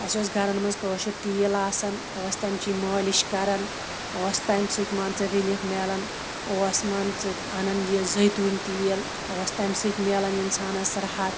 اَسہِ اوس گَرَن منٛز کٲشُر تیٖل آسان ٲسۍ تَمچی مٲلِش کَران ٲس تَمہِ سۭتۍ مان ژٕ رٕلیٖف ملان اوس مان ژٕ اَنان یہِ زٲیتوٗنۍ تیٖل اوس تَمہِ سۭتۍ ملان اِنسانَس راحت